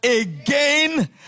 again